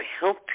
help